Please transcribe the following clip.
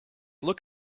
look